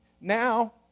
Now